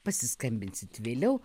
pasiskambinsit vėliau